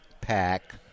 Pack